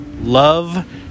love